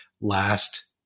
last